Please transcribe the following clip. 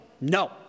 No